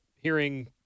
hearing